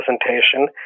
presentation